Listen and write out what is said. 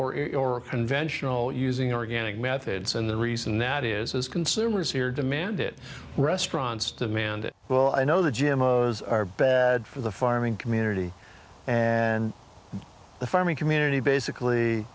conventional using organic methods and the reason that is as consumers here demand it restaurants demand it well i know the gym of those are bad for the farming community and the farming community basically